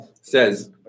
says